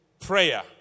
Prayer